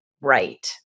right